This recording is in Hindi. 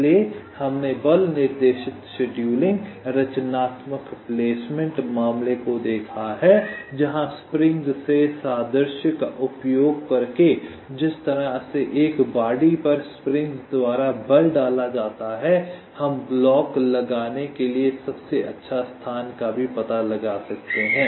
इसलिए हमने बल निर्देशित शेड्यूलिंग और रचनात्मक प्लेसमेंट मामले को देखा है जहां स्प्रिंग्स से सादृश्य का उपयोग करके जिस तरह से एक बॉडी पर स्प्रिंग्स द्वारा बल डाला जाता है हम ब्लॉक लगाने के लिए सबसे अच्छा स्थान भी पता लगा सकते हैं